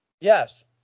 Yes